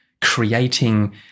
creating